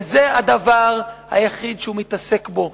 וזה הדבר היחיד שהוא מתעסק בו,